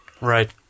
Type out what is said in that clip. right